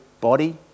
body